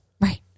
Right